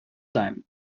time